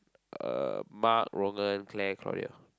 uh Mark Roman Claire Claudia